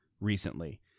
recently